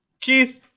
keith